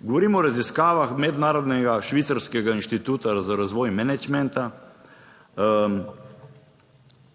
Govorimo o raziskavah mednarodnega švicarskega Inštituta za razvoj menedžmenta.